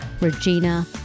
Regina